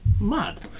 mad